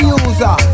user